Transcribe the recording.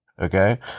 okay